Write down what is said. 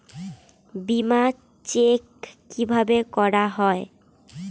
বিমা চেক কিভাবে করা হয়?